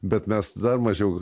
bet mes dar mažiau